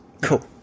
Cool